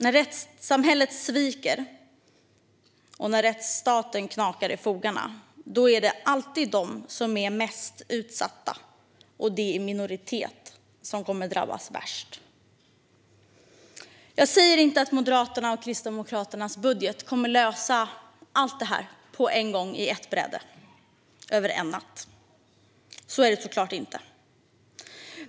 När rättssamhället sviker och när rättsstaten knakar i fogarna är det alltid de som är mest utsatta och de som är i minoritet som drabbas värst. Jag säger inte att Moderaternas och Kristdemokraternas budget kommer att lösa allt detta på en gång och på ett bräde över en natt. Så är det såklart inte.